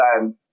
time